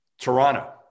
Toronto